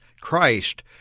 Christ